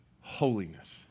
holiness